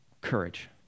courage